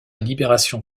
libération